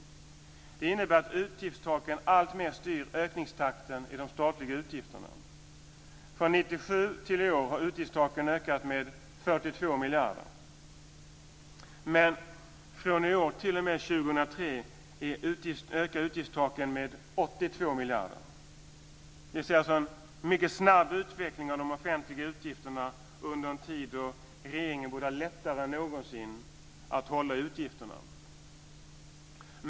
Det innebär att utgiftstaken alltmer styr ökningstakten i de statliga utgifterna. Från 1997 fram till i år har utgiftstaken ökat med 42 miljarder. Men från i år t.o.m. 2003 ökar utgiftstaken med 82 miljarder. Vi ser alltså en mycket snabb utveckling av de offentliga utgifterna under en tid då regeringen borde ha lättare än någonsin att hålla i utgifterna.